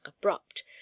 abrupt